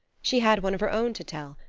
she had one of her own to tell,